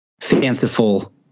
fanciful